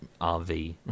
rv